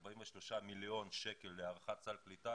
43 מיליון שקל להארכת סל קליטה,